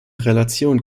relation